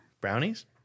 Brownies